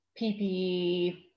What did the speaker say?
PPE